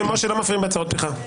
לא מפריעים להצהרות פתיחה.